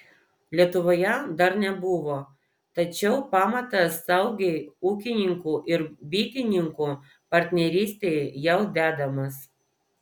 lietuvoje dar nebuvo tačiau pamatas saugiai ūkininkų ir bitininkų partnerystei jau dedamas